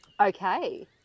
Okay